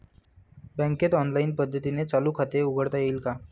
बँकेत ऑनलाईन पद्धतीने चालू खाते उघडता येईल का?